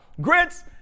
grits